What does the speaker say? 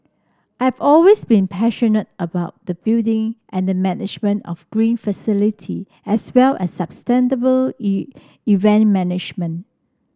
I have always been passionate about the building and the management of green facility as well as sustainable event management